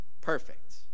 perfect